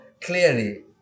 clearly